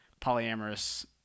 polyamorous